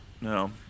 No